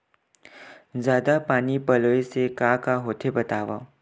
जादा पानी पलोय से का होथे बतावव?